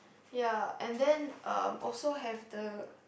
ya and then um also have the